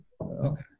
okay